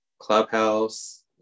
Clubhouse